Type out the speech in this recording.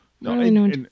No